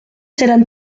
serán